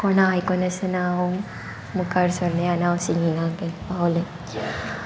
कोणा आयको नासतना हांव मुखार सोरलें आनी हांव सिंगींगा हें पावलें